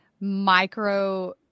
micro